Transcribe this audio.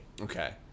Okay